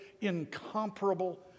incomparable